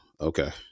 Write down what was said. okay